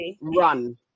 run